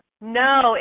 no